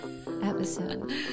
episode